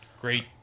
great